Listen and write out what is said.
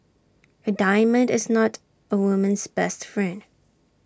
A diamond is not A woman's best friend